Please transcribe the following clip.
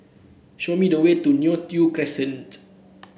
show me the way to Neo Tiew Crescent